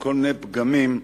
וכל מיני פגמים,